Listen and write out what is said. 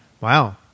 Wow